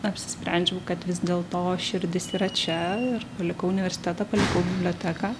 apsisprendžiau kad vis dėlto širdis yra čia ir palikau universitetą palikau biblioteką